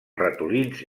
ratolins